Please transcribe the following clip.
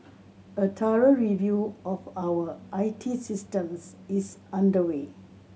a thorough review of our I T systems is underway